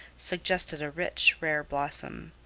suggested a rich, rare blossom.